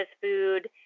food